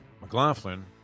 mclaughlin